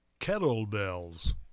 Kettlebells